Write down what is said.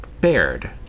bared